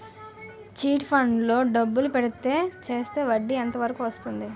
Chit funds లో డబ్బులు పెడితే చేస్తే వడ్డీ ఎంత వరకు వస్తుంది?